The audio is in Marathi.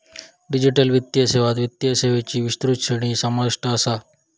डिजिटल वित्तीय सेवात वित्तीय सेवांची विस्तृत श्रेणी समाविष्ट असा